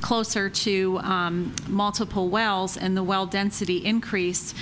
closer to multiple wells and the well density increased